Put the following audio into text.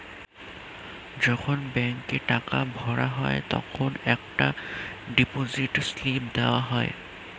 যখন ব্যাংকে টাকা ভরা হয় তখন একটা ডিপোজিট স্লিপ দেওয়া যায়